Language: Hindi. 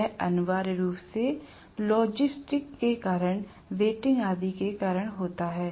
यह अनिवार्य रूप से लॉजिस्टिक्स के कारण रेटिंग्स आदि के कारण होता है